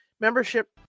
membership